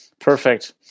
Perfect